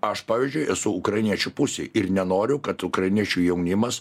aš pavyzdžiui esu ukrainiečių pusėj ir nenoriu kad ukrainiečių jaunimas